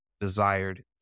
desired